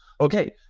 okay